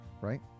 right